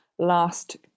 last